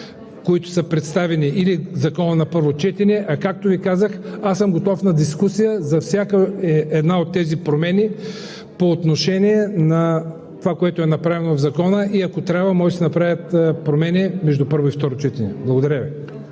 промени или Законопроекта на първо четене. А, както Ви казах, аз съм готов на дискусия за всяка една от тези промени по отношение на направеното в Закона и ако трябва, могат да се направят промени между първо и второ четене. Благодаря Ви.